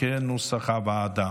כנוסח הוועדה.